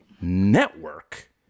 Network